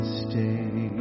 stay